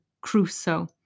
Crusoe